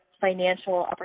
financial